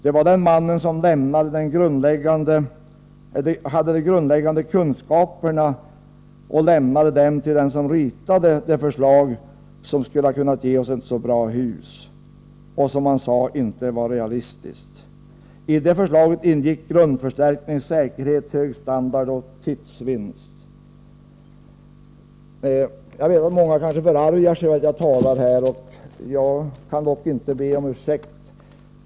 Det var den mannen som hade de grundläggande kunskaperna och lämnade dem till den som ritade det förslag som skulle ha kunnat ge oss ett så bra hus men som man sade inte var realistiskt. I det förslaget ingick grundförstärkning, säkerhet, hög standard och tidsvinst. Jag vet att många kanske förargar sig över att jag talar här men jag kan inte be om ursäkt.